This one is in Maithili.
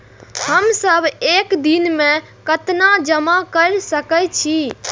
हम सब एक दिन में केतना जमा कर सके छी?